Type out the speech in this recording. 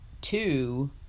two